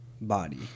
body